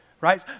Right